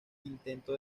quinteto